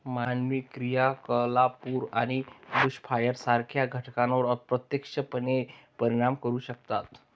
मानवी क्रियाकलाप पूर आणि बुशफायर सारख्या घटनांवर अप्रत्यक्षपणे परिणाम करू शकतात